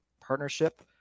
partnership